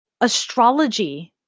Astrology